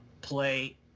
play